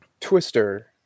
Twister